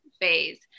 phase